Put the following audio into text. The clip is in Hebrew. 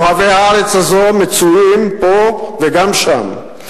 אוהבי הארץ הזו מצויים פה וגם שם.